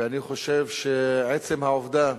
ואני חושב שעצם העובדה